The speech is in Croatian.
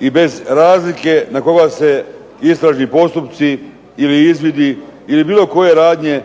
i bez razlike na koga se istražni postupci ili izvidi ili bilo koje radnje